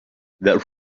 that